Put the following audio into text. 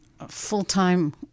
Full-time